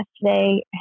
yesterday